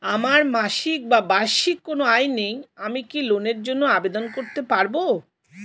আমার মাসিক বা বার্ষিক কোন আয় নেই আমি কি লোনের জন্য আবেদন করতে পারব?